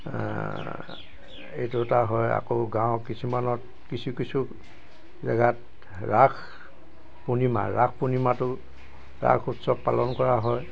এইটো এটা হয় আকৌ গাঁও কিছুমানত কিছু কিছু জেগাত ৰাস পূৰ্ণিমা ৰাস পূৰ্ণিমাটো ৰাস উৎসৱ পালন কৰা হয়